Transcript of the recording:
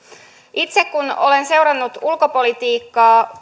itse kun olen seurannut ulkopolitiikkaa